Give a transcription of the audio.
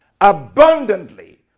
abundantly